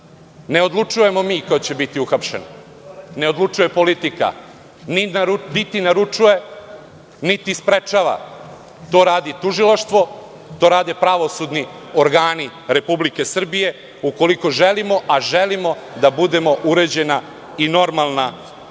Ne odlučujemo mi ko će biti uhapšen, ne odlučuje politika, niti naručuje, niti sprečava. To radi tužilaštvo, to rade pravosudni organi Republike Srbije ukoliko želimo, a želimo da budemo uređena i normalna